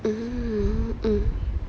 mm mm